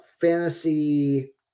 fantasy